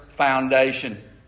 foundation